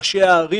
אצל ראשי הערים,